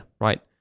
right